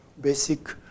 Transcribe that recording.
basic